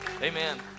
Amen